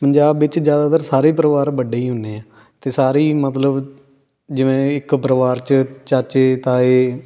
ਪੰਜਾਬ ਵਿੱਚ ਜ਼ਿਆਦਾਤਰ ਸਾਰੇ ਪਰਿਵਾਰ ਵੱਡੇ ਹੀ ਹੁੰਦੇ ਆ ਅਤੇ ਸਾਰੇ ਹੀ ਮਤਲਬ ਜਿਵੇਂ ਇੱਕ ਪਰਿਵਾਰ 'ਚ ਚਾਚੇ ਤਾਏ